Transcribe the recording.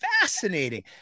fascinating